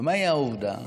ומהי העובדה?